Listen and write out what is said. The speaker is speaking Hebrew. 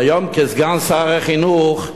והיום, כסגן שר החינוך,